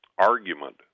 argument